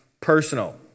personal